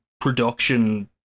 production